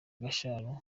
gasharu